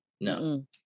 No